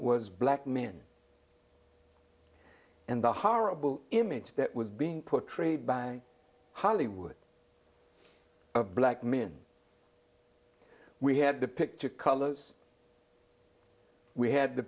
was black men and the horrible image that was being portrayed by hollywood black men we had the picture colors we had t